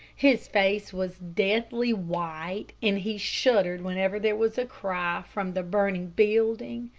his face was deathly white, and he shuddered whenever there was a cry from the burning building.